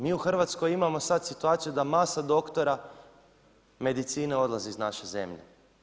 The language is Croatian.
Mi u Hrvatskoj imamo sada situaciju da masa doktora medicine odlazi iz naše zemlje.